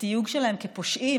התיוג שלהם כפושעים,